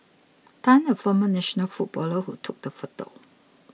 Tan a former national footballer who took the photo